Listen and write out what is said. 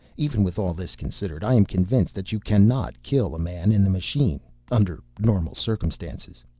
even with all this considered, i am convinced that you cannot kill a man in the machine under normal circumstances.